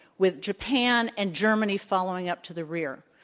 with japan and germany following up to the rear.